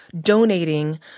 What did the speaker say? donating